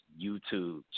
YouTube